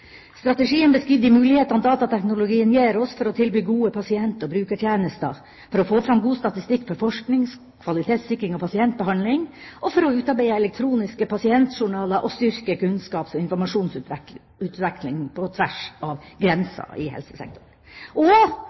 Strategien beskriver de mulighetene datateknologien gir oss for å tilby gode pasient- og brukertjenester, for å få fram god statistikk for forskning, kvalitetssikring og pasientbehandling, og for å utarbeide elektroniske pasientjournaler og styrke kunnskaps- og informasjonsutveksling på tvers av grenser i helsesektoren, og